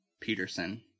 Peterson